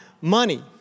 money